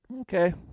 Okay